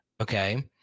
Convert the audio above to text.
okay